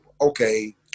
okay